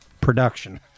production